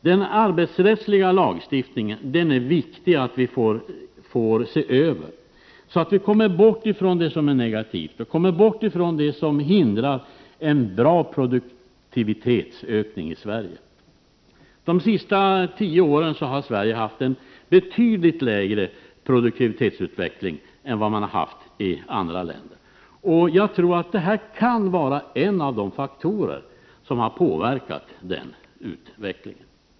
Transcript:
Den arbetsrättsliga lagstiftningen är det viktigt att se över, så att vi kommer bort från det som är negativt och det som hindrar en god produktivitetsökning i Sverige. De senaste tio åren har Sverige haft en betydligt lägre produktivitetsutveckling än vad man har haft i andra länder, och jag tror att detta kan vara en av de faktorer som har påverkat den utvecklingen.